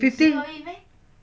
fifty